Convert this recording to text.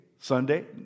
Sunday